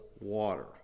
water